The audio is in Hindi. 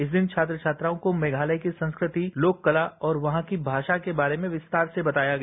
इस दिन छात्र छात्राओं को मेघालय की संस्कृति तोककला और वहां की भाषा के बारे में विस्तार से बताया गया